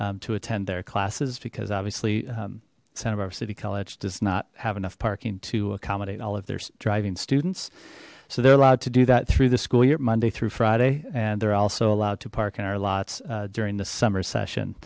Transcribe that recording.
lot to attend their classes because obviously santa barbara city college does not have enough parking to accommodate all of their driving students so they're allowed to do that through the school year monday through friday and they're also allowed to park in our lots during the summer session